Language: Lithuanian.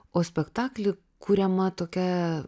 o spektakly kuriama tokia